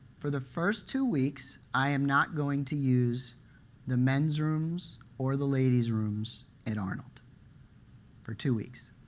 for the first two weeks, i am not going to use the men's rooms or the ladies rooms at arnold for two weeks,